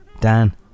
Dan